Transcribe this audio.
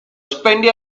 spend